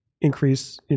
increase